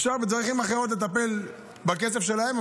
אפשר בדרכים אחרות לטפל בכסף שלהם.